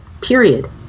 period